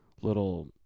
little